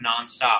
nonstop